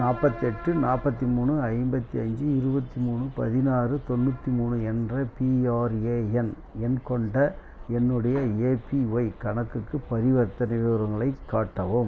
நாற்பத்தெட்டு நாற்பத்தி மூணு ஐம்பத்தி அஞ்சு இருபத்தி மூணு பதினாறு தொண்ணூற்றி மூணு என்ற பிஆர்ஏஎன் எண் கொண்ட என்னுடைய ஏபிஒய் கணக்குக்கு பரிவர்த்தனை விவரங்களைக் காட்டவும்